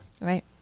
Right